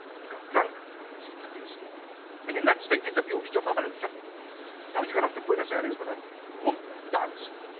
he's got drunk. well you've seen that for yourself and in that state he's abused your mother in fact and now he's gone off to buenos aires with ah a woman, a dancer.